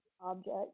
object